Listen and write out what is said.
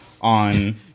on